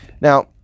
Now